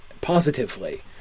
positively